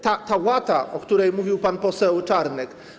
Ta łata, o której mówił pan poseł Czarnek.